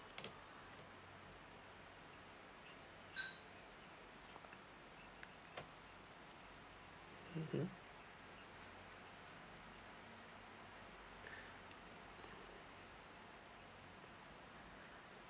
mmhmm